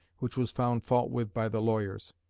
which was found fault with by the lawyers.